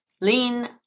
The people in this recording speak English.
lean